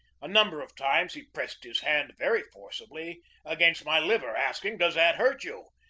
a number of times he pressed his hand very forcibly against my liver, asking, does that hurt you?